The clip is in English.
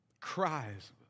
cries